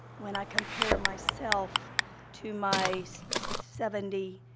when i compare myself to my seventy,